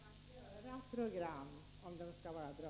Herr talman! Det kostar att göra program om de skall vara bra.